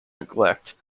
neglect